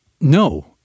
no